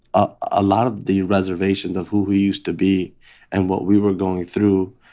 a lot of the reservations of who we used to be and what we were going through